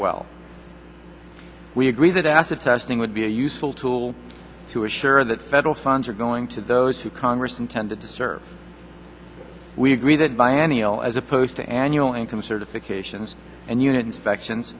well we agree that acid testing would be a useful tool to assure that federal funds are going to those who congress intended to serve we agree that biennial as opposed to annual income certifications and unit inspections